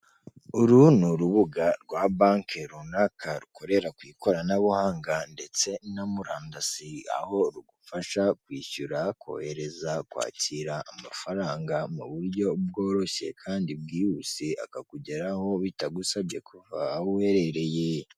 Uru ni urubuga rwa banki runaka rukorera ku ikoranabuhanga ndetse na murandasi, aho rugufasha kwishyura, kohereza, kwakira amafaranga mu buryo bworoshye kandi bwihuse, akakugeraho bitagusabye kuva aho uherereye.